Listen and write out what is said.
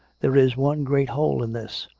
there is one great hole in this.